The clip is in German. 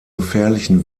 gefährlichen